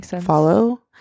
follow